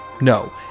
No